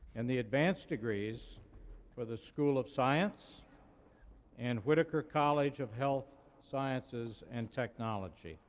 and the advanced degrees for the school of science and whitaker college of health sciences and technology.